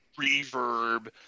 reverb